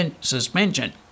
suspension